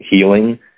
healing